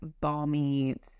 balmy